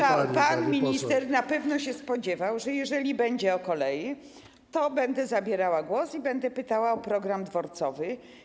A zatem pan minister na pewno się spodziewał, że jeżeli będzie o kolei, to będę zabierała głos i będę pytała o program dworcowy.